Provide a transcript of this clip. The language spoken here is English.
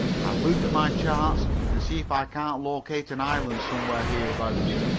i'll look at my charts and see if i can't locate an island somewhere here-abouts.